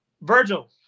Virgil